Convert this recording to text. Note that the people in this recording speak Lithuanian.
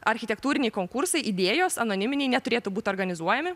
architektūriniai konkursai idėjos anoniminiai neturėtų būti organizuojami